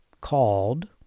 called